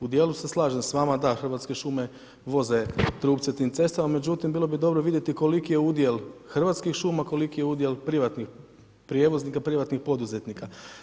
U dijelu se slažem s vama da Hrvatske šume, voze trupce tim cestama, međutim, bilo bi dobro vidjeti koliki je udjel Hrvatskih šuma, koliki je udjel privatnih prijevoznika, privatnih poduzetnika.